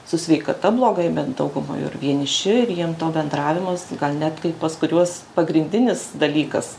su sveikata blogai bent daugumai ir vieniši ir jiem to bendravimas gal net kai pas kuriuos pagrindinis dalykas